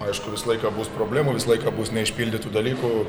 aišku visą laiką bus problemų visą laiką bus neišpildytų dalykų